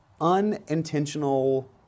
unintentional